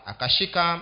Akashika